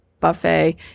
buffet